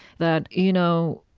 that, you know,